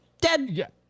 dead